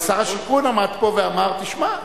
גם שר השיכון עמד פה ואמר: תשמע,